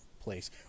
place